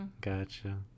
Gotcha